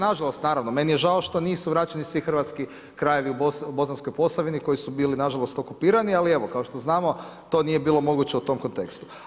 Nažalost, meni je žao što nisu vraćeni svi hrvatski krajevi u Bosanskoj Posavini koji su bili nažalost okupirani, ali evo kao što znamo to nije bilo moguće u tom kontekstu.